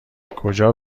کجا